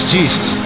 Jesus